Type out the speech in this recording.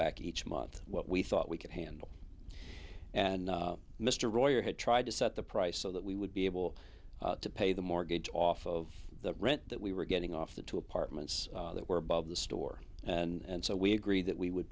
back each month what we thought we could handle and mr royer had tried to set the price so that we would be able to pay the mortgage off of the rent that we were getting off the two apartments that were above the store and so we agreed that we would